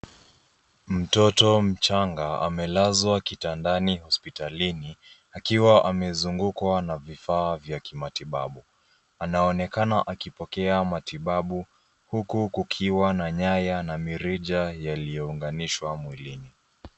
Mtoto mchanga amelazwa kitandani hospitalini, akiwa amezungukwa na vifaa vya kimatibabu. Anaonekana akipokea matibabu huku kukiwa na nyaya na mirija yaliyounganishwa mwilini.